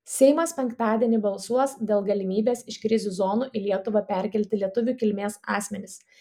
seimas penktadienį balsuos dėl galimybės iš krizių zonų į lietuvą perkelti lietuvių kilmės asmenis